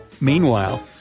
Meanwhile